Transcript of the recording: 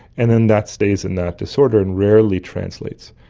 and then that stays in that disorder and rarely translates.